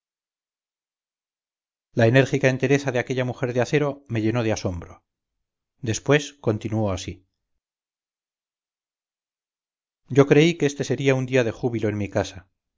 la enérgica entereza de aquella mujer de acero me llenó de asombro después continuó así yo creí que este sería un día de júbilo en mi casa